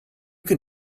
can